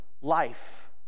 life